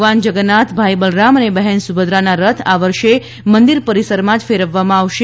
ભગવાન જગન્નાથ ભાઈ બલરામ અને બહેન સુભદ્રાના રથ આ વર્ષે મંદિર પરિસરમાં જ ફેરવવામાં આવશે